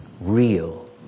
real